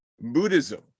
buddhism